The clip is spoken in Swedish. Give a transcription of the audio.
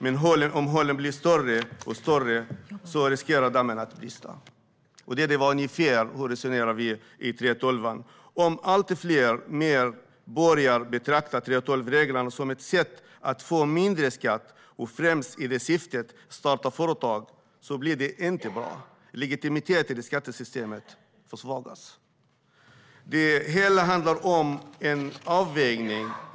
Men om hålen blir allt större riskerar dammen att brista. Det är ungefär på det sättet vi resonerar när det gäller 3:12. Om allt fler börjar betrakta 3:12-reglerna som ett sätt att få lägre skatt och startar företag främst av den anledningen blir det inte bra. Legitimiteten i skattesystemet försvagas. Det hela handlar om en avvägning.